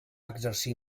exercir